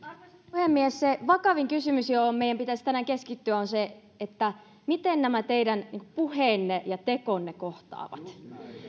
puhemies vakavin kysymys johon meidän pitäisi tänään keskittyä on se miten nämä teidän puheenne ja tekonne kohtaavat